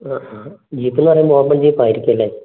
ആ ആ ജീപ്പ് എന്ന് പറയുമ്പോൾ നോർമൽ ജീപ്പ് ആയിരിക്കും അല്ലേ